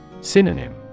Synonym